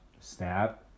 snap